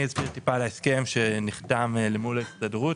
אני אסביר טיפה על ההסכם שנחתם למול ההסתדרות,